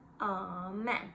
Amen